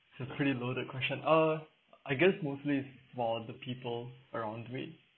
it's a pre loaded question uh I guess mostly while the people around me